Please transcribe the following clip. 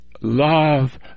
love